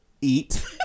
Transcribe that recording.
Eat